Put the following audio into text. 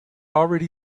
already